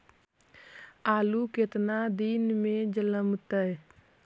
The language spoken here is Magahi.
आलू केतना दिन में जलमतइ?